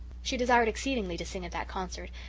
she desired exceedingly to sing at that concert,